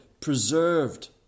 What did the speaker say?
preserved